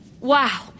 Wow